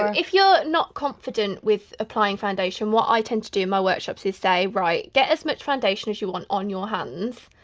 if you're not confident with applying foundation what i tend to do in my workshops is say right, get as much as foundation as you want on your hands,